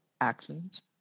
actions